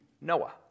noah